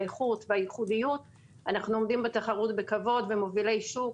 האיכות והייחודיות אנחנו עומדים בתחרות בכבוד ומובילי שוק,